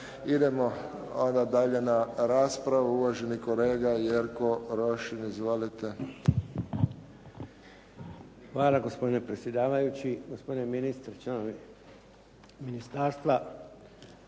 Idemo onda dalje na raspravu. Uvaženi kolega Jerko Rošin. Izvolite. **Rošin, Jerko (HDZ)** Hvala gospodine predsjedavajući, gospodine ministre, članovi ministarstva.